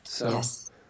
Yes